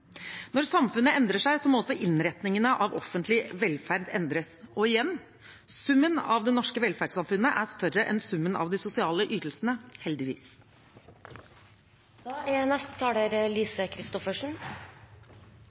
Når samfunnet endrer seg, må også innretningen av offentlig velferd endres. Og igjen – summen av det norske velferdssamfunnet er større enn summen av de sosiale ytelsene,